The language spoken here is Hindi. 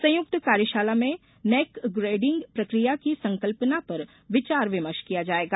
संयुक्त कार्यशाला में नैक ग्रेडिंग प्रक्रिया की संकल्पना पर विचार विमर्श किया जायेगा